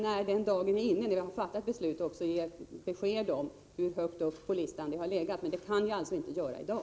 När vi har fattat beslut kommer jag också att ge besked om prioriteringen, men det kan jag alltså inte göra i dag.